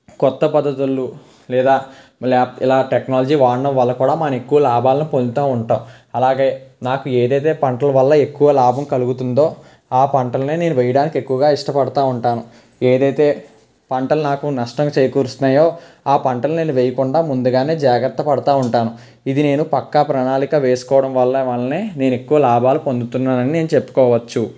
కొత్త పద్ధతులు లేదా మళ్ళీ ఇలా టెక్నాలజీ వాడడం వల్ల కూడా మనం ఎక్కువ ఆదాయం పొందుతూ ఉంటాం అలాగే నాకు ఏదైతే పంటల వల్ల ఎక్కువ లాభం కలుగుతుందో ఆ పంటలనే నేను వేయడానికి ఎక్కువగా ఇష్టపడతూ ఉంటాను ఏదైతే పంటలు నాకు నష్టం చేకూరుతున్నాయో ఆ పంటను నేను వేయకుండా ముందుగానే జాగ్రత్త పడతూ ఉంటాను ఇది నేను పక్కా ప్రణాళిక వేసుకోవడం వల్ల వల్లనే నేను ఎక్కువ లాభాలు పొందుతున్నానని నేను చెప్పుకోవచ్చు